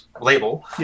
label